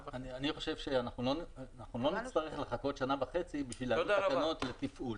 אני חושב שאנחנו לא נצטרך לחכות שנה וחצי בשביל להביא תקנות לתפעול.